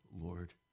Lord